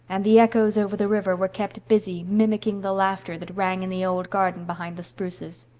and the echoes over the river were kept busy mimicking the laughter that rang in the old garden behind the spruces.